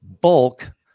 bulk